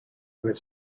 was